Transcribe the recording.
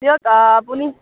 দিয়ক আপুনি